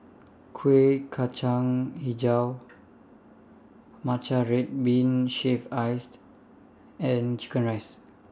Kuih Kacang Hijau Matcha Red Bean Shaved Ice and Chicken Rice